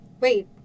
Wait